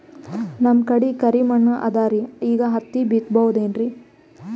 ನಮ್ ಕಡೆ ಕರಿ ಮಣ್ಣು ಅದರಿ, ಈಗ ಹತ್ತಿ ಬಿತ್ತಬಹುದು ಏನ್ರೀ?